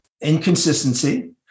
inconsistency